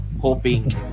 hoping